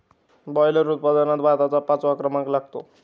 boiler उत्पादनात भारताचा पाचवा क्रमांक लागतो